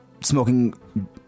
smoking